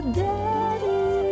daddy